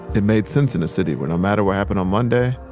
it made sense in a city where no matter what happened on monday,